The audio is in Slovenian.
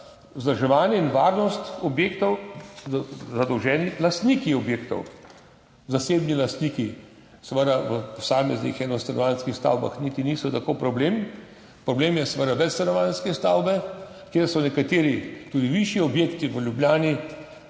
vzdrževanje in varnost objektov zadolženi lastniki objektov. Zasebni lastniki seveda v posameznih enostanovanjskih stavbah niti niso tak problem, problem so seveda večstanovanjske stavbe, kjer so ogroženi nekateri tudi višji objekti v Ljubljani.